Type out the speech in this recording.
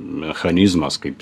mechanizmas kaip